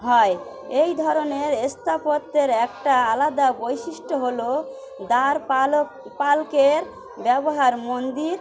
হয় এই ধরনের স্থাপত্যের একটা আলাদা বৈশিষ্ট্য হলো দ্বারপালক পালকের ব্যবহার মন্দির